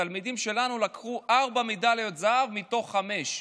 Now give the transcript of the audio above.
התלמידים שלנו לקחו ארבע מדליות זהב מתוך חמש,